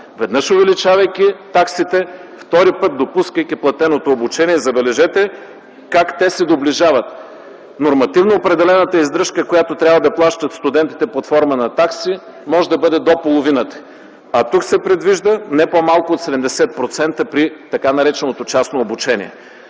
веднъж увеличавайки таксите, втори път допускайки платеното обучение. Забележете как те се доближават. Нормативно определената издръжка, която трябва да плащат студентите под форма на такси, може да бъде до половината, а тук се предвижда „не по-малко от 70%”, при така нареченото частно обучение.